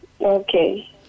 okay